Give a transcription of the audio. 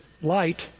light